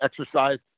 exercise